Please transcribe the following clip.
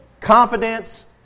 confidence